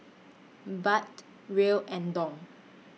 Baht Riel and Dong